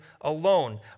alone